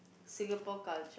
Singapore culture